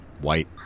white